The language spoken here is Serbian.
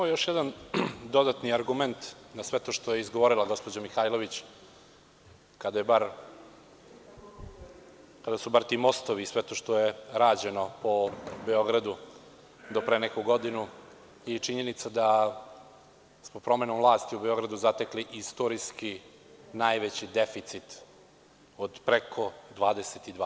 Samo još jedan dodatni argument na sve to što je izgovorila gospođa Mihajlović, kada su bar ti mostovi u pitanju i sve to što je rađeno po Beogradu do pre neku godinu i činjenica da smo promenom vlasti u Beogradu zatekli istorijski najveći deficit od preko 22%